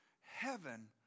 Heaven